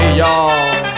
y'all